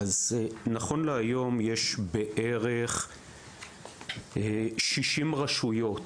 נכון להיום יש בערך 60 רשויות